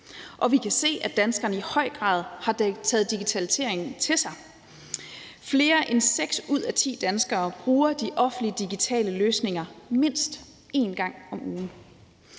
Og vi kan se, at danskerne i høj grad har taget digitaliseringen til sig. Flere end seks ud af ti danskere bruger de offentlige digitale løsninger mindst en gang om ugen.